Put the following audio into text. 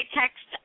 text